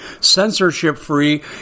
censorship-free